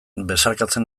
besarkatzen